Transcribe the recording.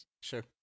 Sure